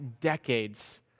decades